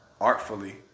artfully